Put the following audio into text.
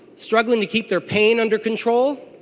struggling to keep their pain under control.